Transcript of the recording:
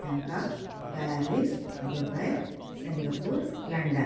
Bangkok Paris Dubai Singapore London